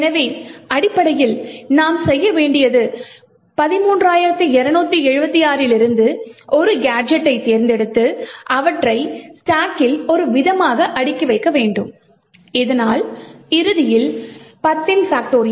எனவே அடிப்படையில் நாம் செய்ய வேண்டியது இந்த 13276 இலிருந்து ஒரு கேஜெட்டைத் தேர்ந்தெடுத்து அவற்றை ஸ்டாக்கில் ஒரு விதமாக அடுக்கி வைக்க வேண்டும் இதனால் இறுதியில் 10